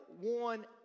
one